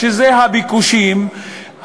שזה הביקושים,